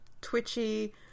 Twitchy